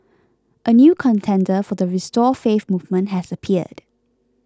a new contender for the restore faith movement has appeared